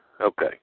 okay